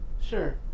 Sure